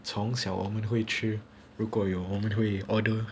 从小我们会吃如果有我们会 order